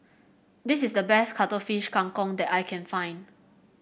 this is the best Cuttlefish Kang Kong that I can find